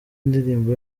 ndirimbo